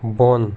بۄن